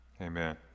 Amen